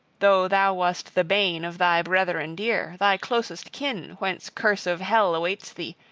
though thou wast the bane of thy brethren dear, thy closest kin, whence curse of hell awaits thee,